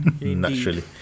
naturally